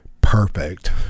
perfect